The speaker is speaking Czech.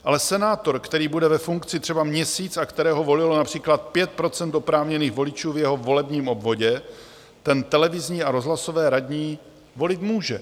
Ale senátor, který bude ve funkci třeba měsíc a kterého volilo například 5 % oprávněných voličů v jeho volebním obvodě, ten televizní a rozhlasové radní volit může.